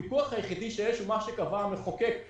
הפיקוח היחיד שיש הוא מה שקבע המחוקק,